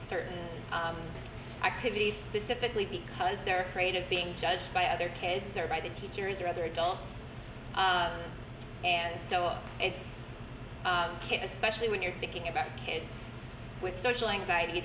certain activities specifically because they're afraid of being judged by other kids or by the teachers or other adults and so it's kids especially when you're thinking about kids with social anxiety